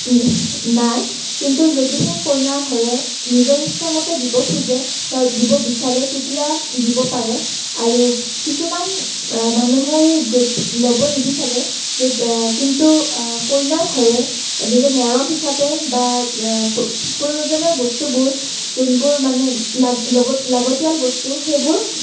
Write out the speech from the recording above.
নাই কিন্তু যদিহে কইনা ঘৰে নিজৰ ইচ্ছামতে দিব খোজে বা দিব বিচাৰে তেতিয়া দিব পাৰে আৰু কিছুমান মানুহে সেই যৌতুক ল'ব নিবিচাৰে কিন্তু কইনা ঘৰে নিজৰ মৰম হিচাপে বা প্ৰয়োজনীয় বস্তুবোৰ যোনবোৰ মানে লগত লাগতিয়াল বস্তু সেইবোৰ